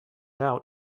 out